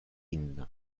inna